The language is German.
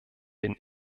bin